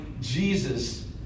Jesus